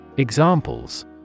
Examples